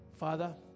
Father